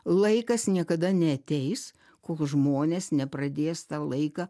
laikas niekada neateis kol žmonės nepradės tą laiką